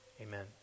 Amen